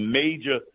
major